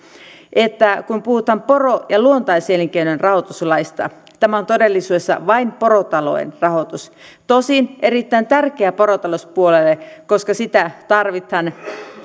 että kun puhutaan poro ja luontaiselinkeinon rahoituslaista tämä on todellisuudessa vain porotalouden rahoitus tosin erittäin tärkeä porotalouspuolelle koska sitä tarvitaan ja